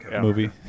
movie